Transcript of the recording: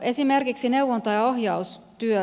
esimerkiksi neuvonta ja ohjaustyö